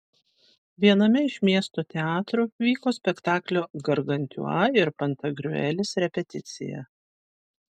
viename iš miesto teatrų vyko spektaklio gargantiua ir pantagriuelis repeticija